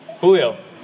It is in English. Julio